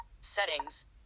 Settings